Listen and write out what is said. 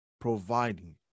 providing